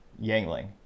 Yangling